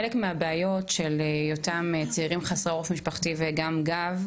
חלק מהבעיות של אותם צעירים חסרי עורף משפחתי וגם גב,